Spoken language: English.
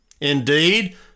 Indeed